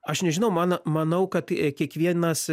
aš nežinau man manau kad tai kiekvienas